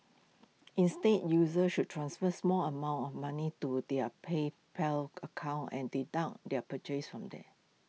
instead users should transfer small amounts of money to their PayPal accounts and their purchases from there